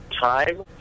time